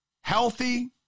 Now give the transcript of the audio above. healthy